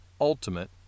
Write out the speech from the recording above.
ultimate